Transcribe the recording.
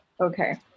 Okay